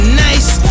nice